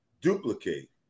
duplicate